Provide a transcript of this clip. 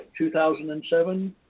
2007